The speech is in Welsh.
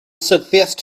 syrthiaist